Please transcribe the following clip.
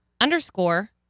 underscore